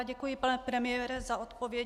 Děkuji, pane premiére, za odpověď.